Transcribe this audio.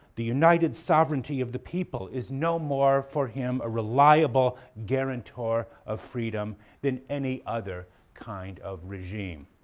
the united sovereignty of the people, is no more for him a reliable guarantor of freedom than any other kind of regime.